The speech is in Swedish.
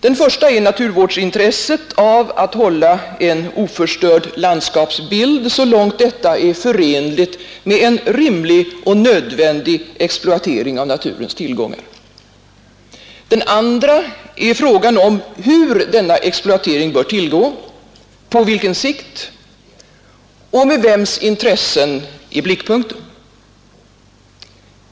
Den första aspekten är naturvårdsintresset av att bibehålla en oförstörd landskapsbild, så långt detta är förenligt med rimlig och nödvändig exploatering av naturens tillgångar. Den andra är frågan om hur denna exploatering bör tillgå, på vilken sikt och med vems intressen i blickpunkten.